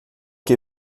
que